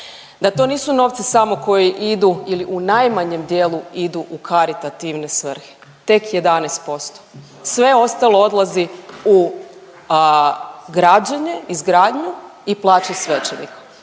da to nisu novci samo koji idu ili u najmanjem dijelu idu u karitativne svrhe, tek 11%, sve ostalo odlazi u građenje, izgradnju i plaće svećenika.